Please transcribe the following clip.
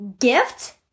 gift